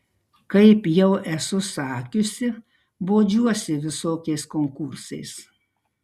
kaip jau esu sakiusi bodžiuosi visokiais konkursais